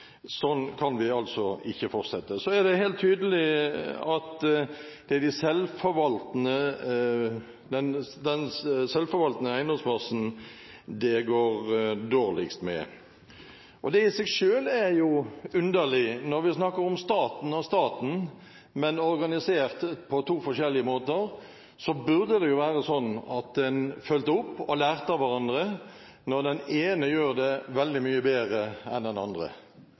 Sånn kan vi ikke fortsette. Så er det helt tydelig at det er den selvforvaltende eiendomsmassen det går dårligst med. Det i seg selv er underlig. Når vi snakker om staten og staten, men organisert på to forskjellige måter, burde det være sånn at en fulgte opp og lærte av hverandre – når den ene gjør det veldig mye bedre enn den andre.